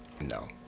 No